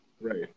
right